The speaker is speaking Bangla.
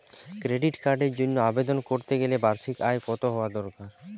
ক্রেডিট কার্ডের জন্য আবেদন করতে গেলে বার্ষিক আয় কত হওয়া দরকার?